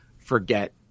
forget